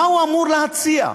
מה הוא אמור להציע.